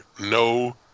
No